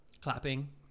clapping